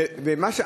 זה המשיח.